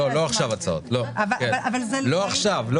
הצעות לא עכשיו.